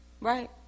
right